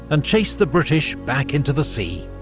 and chase the british back into the sea.